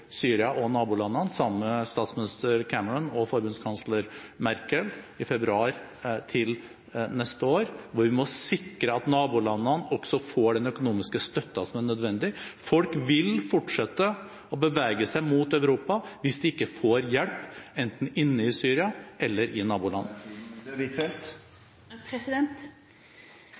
Syria og nabolandene sammen med statsminister Cameron og forbundskansler Merkel i februar neste år, hvor vi må sikre at nabolandene får den økonomiske støtten som er nødvendig. Folk vil fortsette å bevege seg mot Europa hvis de ikke får hjelp, enten inne i Syria eller i